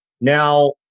now